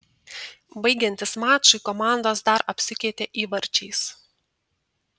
baigiantis mačui komandos dar apsikeitė įvarčiais